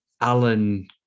Alan